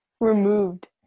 removed